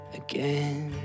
again